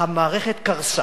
המערכת קרסה,